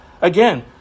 again